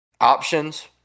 options